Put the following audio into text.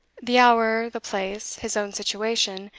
the hour, the place, his own situation,